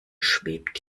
schwebt